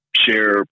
share